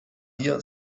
hier